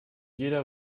jeder